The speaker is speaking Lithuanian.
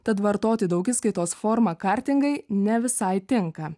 tad vartoti daugiskaitos formą kartingai ne visai tinka